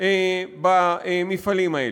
במפעלים האלה.